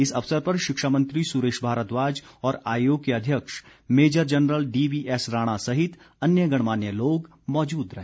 इस अवसर पर शिक्षामंत्री सुरेश भारद्वाज और आयोग के अध्यक्ष मेजर जनरल डीवीएस राणा सहित अन्य गणमान्य लोग मौजूद रहे